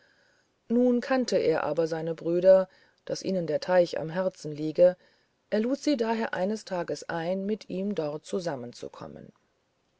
nun kannte er aber seine brüder daß ihnen der teich am herzen liege er lud sie daher eines tages ein mit ihm dort zusammenzukommen